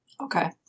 Okay